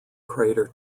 crater